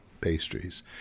pastries